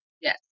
Yes